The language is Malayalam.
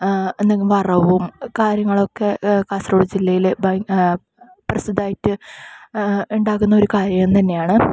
എന്തെങ്കിലും വറവും കാര്യങ്ങളൊക്കെ കാസർഗോഡ് ജില്ലയില് ഭയ പ്രസിദ്ധമായിട്ട് ഉണ്ടാക്കുന്ന ഒരു കാര്യം തന്നെയാണ്